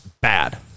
Bad